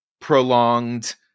prolonged